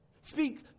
Speak